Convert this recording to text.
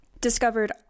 discovered